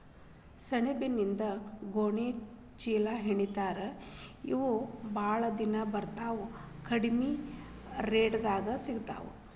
ಸೆಣಬಿನಿಂದ ಗೋಣಿ ಚೇಲಾಹೆಣಿತಾರ ಇವ ಬಾಳ ದಿನಾ ಬರತಾವ ಕಡಮಿ ರೇಟದಾಗ ಸಿಗತಾವ